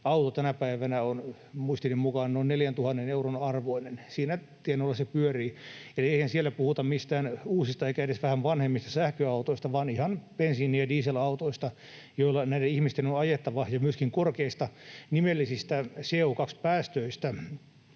auto tänä päivänä on muistini mukaan noin 4 000 euron arvoinen — siinä tienoilla se pyörii. Eli eihän siellä puhuta mistään uusista eikä edes vähän vanhemmista sähköautoista vaan ihan bensiini‑ ja dieselautoista, joilla näiden ihmisten on ajettava, ja myöskin korkeista nimellisistä CO2-päästöistä,